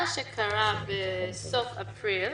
מה שקרה בסוף אפריל,